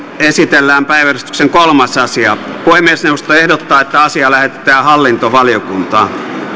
esitellään päiväjärjestyksen kolmas asia puhemiesneuvosto ehdottaa että asia lähetetään hallintovaliokuntaan